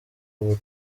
ubu